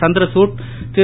Chandrachud Thiru